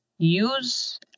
Use